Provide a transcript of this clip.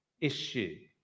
issue